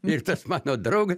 ir tas mano drauga